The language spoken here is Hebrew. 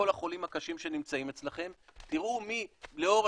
קודם לא היה